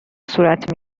صورت